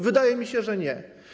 Wydaje mi się, że nie.